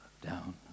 down